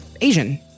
Asian